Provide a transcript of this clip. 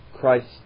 Christ